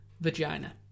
Vagina